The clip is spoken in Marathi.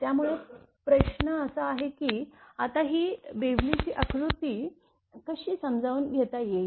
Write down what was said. त्यामुळे प्रश्न असा आहे की आता ही बेवलीची आकृती कशी समजून घेता येईल